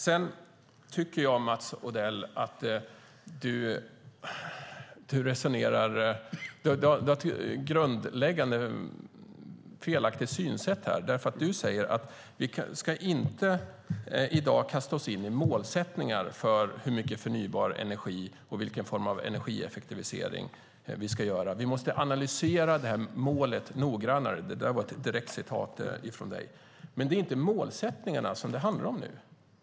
Sedan tycker jag, Mats Odell, att du har ett grundläggande felaktigt synsätt här. Du säger att vi inte i dag ska kasta oss in i målsättningar för hur mycket förnybar energi vi ska ha och vilken form av energieffektivisering vi ska göra. Vi måste analysera målet noggrannare. Det var direkt det du sade. Men det är inte målsättningarna som det handlar om nu.